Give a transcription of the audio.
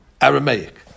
Aramaic